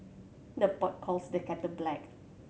the pot calls the kettle black